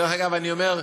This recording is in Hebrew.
דרך אגב, אני אומר,